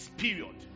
period